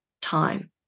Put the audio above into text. time